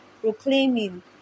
proclaiming